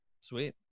Sweet